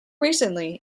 recently